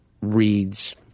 reads